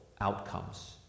outcomes